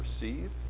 receive